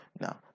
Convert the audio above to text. Now